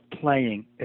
playing